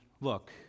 look